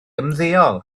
ymddeol